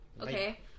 Okay